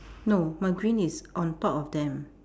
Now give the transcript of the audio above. no my green is on top of them